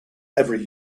every